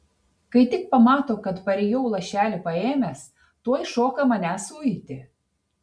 kai tik pamato kad parėjau lašelį paėmęs tuoj šoka manęs uiti